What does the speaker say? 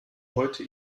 heute